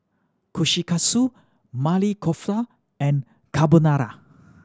Kushikatsu Maili Kofta and Carbonara